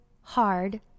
hard